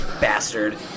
Bastard